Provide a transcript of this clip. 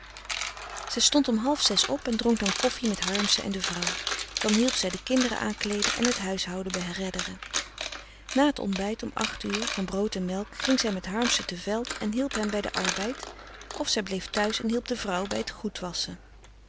zij stond om half zes op en dronk dan koffie met harmsen en de vrouw dan hielp zij de kinderen aankleeden en het huishouden beredderen na t ontbijt om uur van brood en melk ging zij met harmsen te veld en hielp hem bij den arbeid of zij bleef thuis en hielp de vrouw bij t